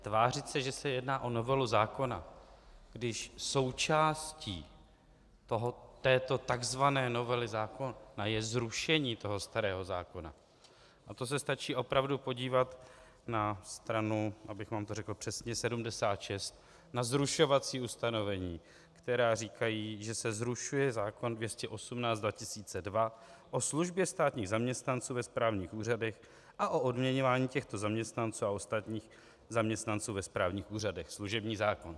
Tvářit se, že se jedná o novelu zákona, když součástí této tzv. novely zákona je zrušení toho starého zákona, na to se stačí opravdu podívat na stranu, abych vám to řekl přesně, sedmdesát šest, na zrušovací ustanovení, která říkají, že se zrušuje zákon č. 218/2002 Sb., o službě státních zaměstnanců ve správních úřadech a o odměňování těchto zaměstnanců a ostatních zaměstnanců ve správních úřadech, služební zákon.